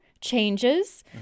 changes